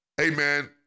amen